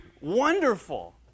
wonderful